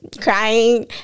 crying